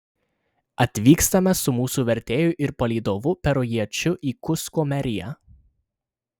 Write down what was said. atvykstame su mūsų vertėju ir palydovu perujiečiu į kusko meriją